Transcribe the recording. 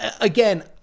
again